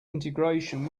integration